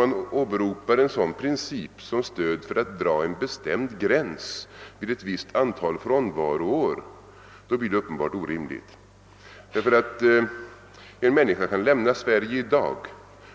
Men att åberopa en sådan princip som stöd för åsikten att man bör dra en bestämd gräns vid ett visst antal frånvaroår är uppenbart orimligt. En människa kan lämna Sverige i dag,